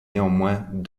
néanmoins